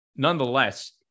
Nonetheless